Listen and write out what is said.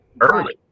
early